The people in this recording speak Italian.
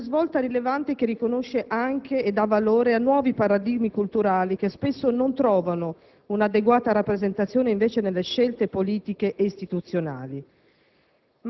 È una svolta rilevante che riconosce e dà valore a nuovi paradigmi culturali, che spesso non trovano una rappresentazione adeguata nelle scelte politiche ed istituzionali.